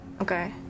Okay